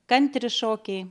kantri šokiai